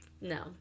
no